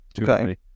Okay